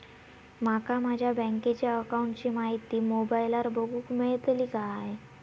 माका माझ्या बँकेच्या अकाऊंटची माहिती मोबाईलार बगुक मेळतली काय?